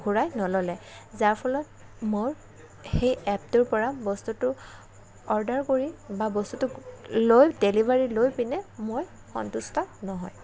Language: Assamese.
ঘূৰাই নল'লে যাৰ ফলত মোৰ সেই এপটোৰপৰা বস্তুটো অৰ্ডাৰ কৰি বা বস্তুটো লৈ ডেলিভাৰী লৈ পিনে মই সন্তুষ্ট নহয়